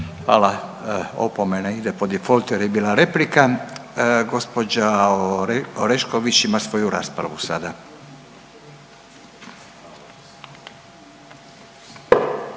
Hvala. Opomena jer … /ne razumije se/ … je bila replika. Gospođa Orešković ima svoju raspravu sada.